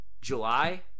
July